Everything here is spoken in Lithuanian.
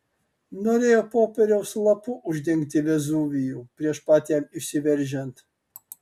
norėjo popieriaus lapu uždengti vezuvijų prieš pat jam išsiveržiant